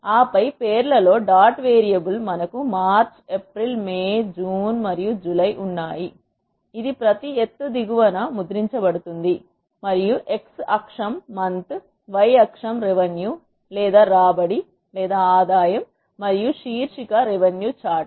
ఆపై పేర్లలో dot variable మనకు మార్చి ఏప్రిల్ మే జూన్ మరియు జూలై ఉన్నాయి ఇది ప్రతి ఎత్తు దిగువన ముద్రించబడుతుంది మరియు x అక్షం మంత్ y అక్షం రెవెన్యూ లేదా రాబడి మరియు శీర్షిక రెవెన్యూ చార్ట్